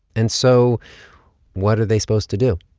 and so what are they supposed to do?